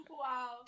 Wow